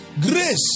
Grace